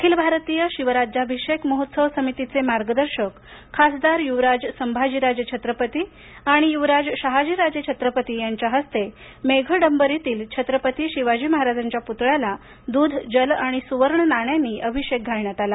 अखिल भारतीय शिवराज्याभिषेक महोत्सव समितीचे मार्गदर्शक खासदार य्वराज संभाजीराजे छत्रपती आणि युवराज शहाजीराजे छत्रपती यांच्या हस्ते मेघडंबरीतील छत्रपती शिवाजी महाराजांच्या पुतळ्याला द्ध जल आणि सुवर्ण नाण्यांनी अभिषेक घालण्यात आला